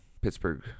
Pittsburgh